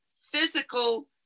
physical